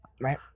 Right